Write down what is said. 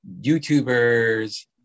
YouTubers